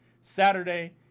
Saturday